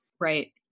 right